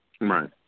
Right